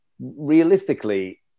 realistically